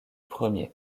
premier